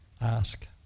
ask